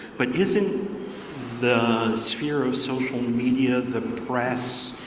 but isn't the sphere of social media, the press,